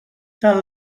tal